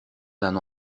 d’un